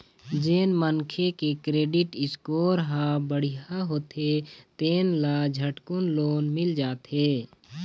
जेन मनखे के क्रेडिट स्कोर ह बड़िहा होथे तेन ल झटकुन लोन मिल जाथे